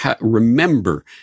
remember